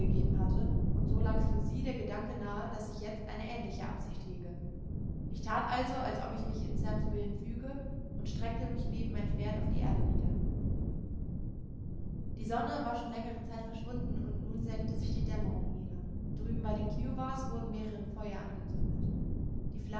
gegeben hatte und so lag für sie der gedanke nahe daß ich jetzt eine ähnliche absicht hege ich tat also als ob ich mich in sams willen füge und streckte mich neben mein pferd auf die erde nieder die sonne war schon längere zeit verschwunden und nun senkte sich die dämmerung nieder drüben bei den kiowas wurden mehrere feuer angezündet